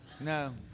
No